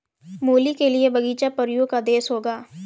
मूली के लिए बगीचा परियों का देश होगा